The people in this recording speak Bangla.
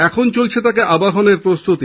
এখন চলছে তাঁকে আবাহনের প্রস্তুতি